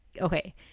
Okay